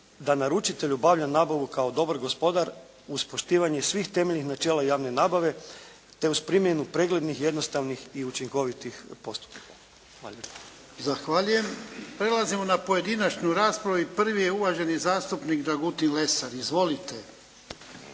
da naručitelj obavlja nabavu kao dobar gospodar uz poštivanje svih temeljnih načela javne nabave te uz primjenu preglednih i jednostavnih i učinkovitih postupaka. Hvala lijepo. **Jarnjak, Ivan (HDZ)** Zahvaljujem. Prelazimo na pojedinačnu raspravu i prvi je uvaženi zastupnik Dragutin Lesar. Izvolite.